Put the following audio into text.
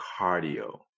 cardio